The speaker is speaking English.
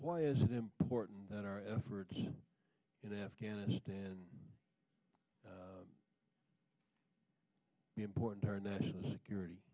why is it important that our efforts in afghanistan be important our national security